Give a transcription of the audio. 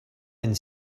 and